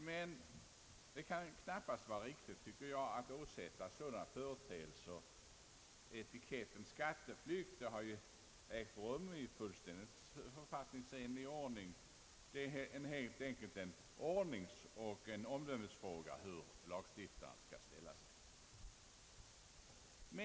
Men det kan knappast vara riktigt, tycker jag, att — som man gör i propositionen — åsätta sådana företeelser etiketten skatteflykt. De har ägt rum i fullständig överensstämmelse med författningsbestämmelser som gällt sedan 1910. Det är helt enkelt en ord ningsoch omdömesfråga hur lagstiftaren skall ställa sig.